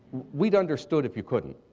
we'd understood if you couldn't.